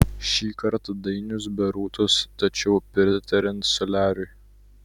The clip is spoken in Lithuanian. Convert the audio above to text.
šį kartą dainius be rūtos tačiau pritariant soliariui